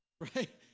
right